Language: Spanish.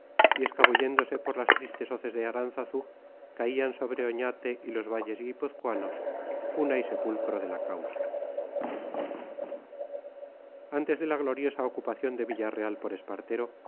y escabulléndose por las tristes hoces de aránzazu caían sobre oñate y los valles guipuzcoanos cuna y sepulcro de la causa antes de la gloriosa ocupación de villarreal por espartero